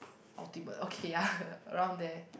ultimate okay ya around there